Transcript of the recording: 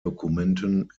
dokumenten